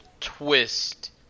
twist